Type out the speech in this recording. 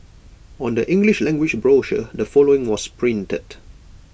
on the English language brochure the following was printed